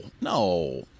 no